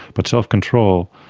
but self-control,